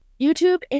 YouTube